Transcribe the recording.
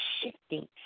shifting